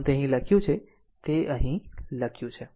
આમ તે અહીં લખ્યું છે તે અહીં લખ્યું છે